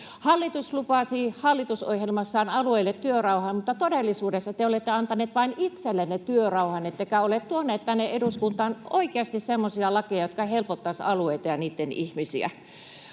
Hallitus lupasi hallitusohjelmassaan alueille työrauhan, mutta todellisuudessa te olette antaneet vain itsellenne työrauhan ettekä ole tuoneet tänne eduskuntaan oikeasti semmoisia lakeja, jotka helpottaisivat alueita ja niitten ihmisiä.